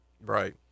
Right